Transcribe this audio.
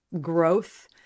growth